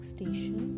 Station